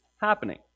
happening